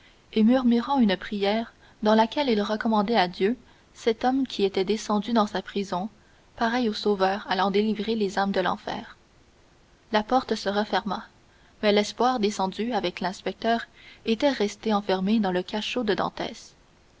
et murmurant une prière dans laquelle il recommandait à dieu cet homme qui était descendu dans sa prison pareil au sauveur allant délivrer les âmes de l'enfer la porte se referma mais l'espoir descendu avec l'inspecteur était resté enfermé dans le cachot de dantès